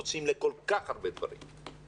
אחרי שמוצאים תקציבים לכל כך הרבה דברים אחרים.